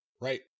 Right